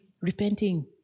repenting